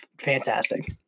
fantastic